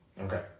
Okay